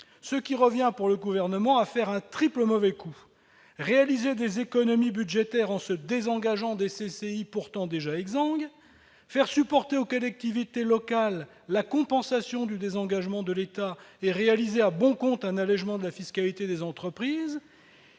Cela revient, pour le Gouvernement, à faire un triple mauvais coup : réaliser des économies budgétaires en se désengageant des CCI pourtant déjà exsangues ; faire supporter aux collectivités locales la compensation du désengagement de l'État et réaliser à bon compte un allégement de la fiscalité des entreprises